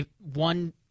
one